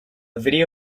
video